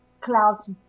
clouds